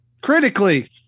Critically